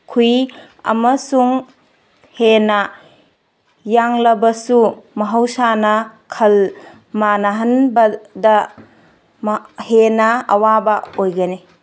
ꯈꯨꯏ ꯑꯃꯁꯨꯡ ꯍꯦꯟꯅ ꯌꯥꯡꯂꯕꯁꯨ ꯃꯍꯧꯁꯥꯅ ꯈꯜ ꯃꯥꯟꯅꯍꯟꯕꯗ ꯍꯦꯟꯅ ꯑꯋꯥꯕ ꯑꯣꯏꯒꯅꯤ